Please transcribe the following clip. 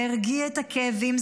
זה הרגיע את הכאבים,